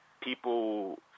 people